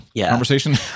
conversation